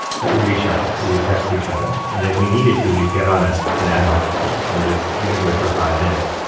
that we'd reach out, that we would text each other. and if we needed to, we'd get on ah an ad hoc call and just, even if it was for five minutes,